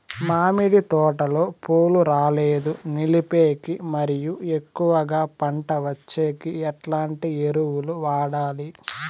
మామిడి తోటలో పూలు రాలేదు నిలిపేకి మరియు ఎక్కువగా పంట వచ్చేకి ఎట్లాంటి ఎరువులు వాడాలి?